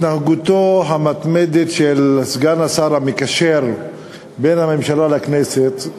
התנהגותו המתמדת של סגן השר המקשר בין הממשלה לכנסת,